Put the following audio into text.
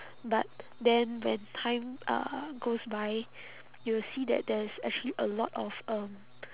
but then when time uh goes by you will see that there is actually a lot of um